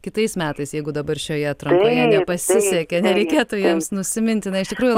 kitais metais jeigu dabar šioje atrankoje nepasisekė nereikėtų jiems nusiminti na iš tikrųjų